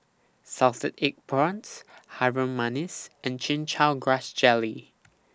Salted Egg Prawns Harum Manis and Chin Chow Grass Jelly